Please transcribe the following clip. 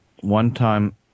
one-time